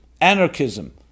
anarchism